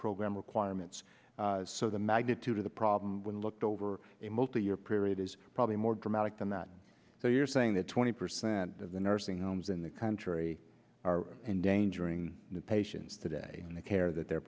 program requirements so the magnitude of the problem when looked over a multi year period is probably more dramatic than that so you're saying that twenty percent of the nursing homes in the country are endangering patients today in the care that they